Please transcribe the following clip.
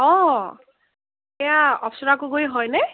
অঁ এয়া গগৈ হয়নে